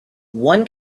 one